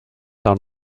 are